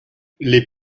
les